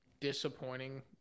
disappointing